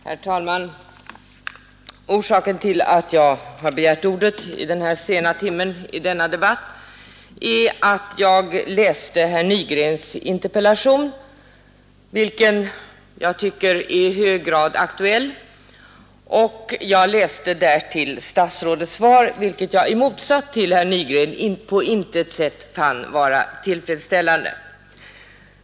Herr talman! Orsaken till att jag har begärt ordet vid denna sena timme i denna debatt är att jag läste herr Nygrens interpellation, vilken jag tycker är i hög grad aktuell. Jag läste även statsrådets svar, vilket jag i motsats till herr Nygren på intet sätt fann tillfredsställande.